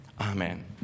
amen